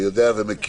ואתה יודע ומכיר,